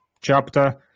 chapter